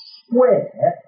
square